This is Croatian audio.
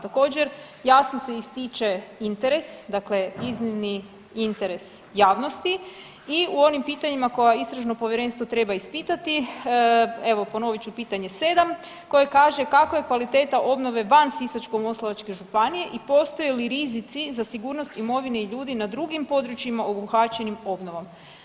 Također, jasno se ističe interes, dakle iznimni interes javnosti i po onim pitanjima koja istražno povjerenstvo treba ispitati, evo ponovit ću pitanje 7 koje kaže kakva je kvaliteta obnove van Sisačko-moslavačke županije i postoje li rizici za sigurnost imovine i ljudi na drugim područjima obuhvaćenim obnovom?